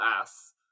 ass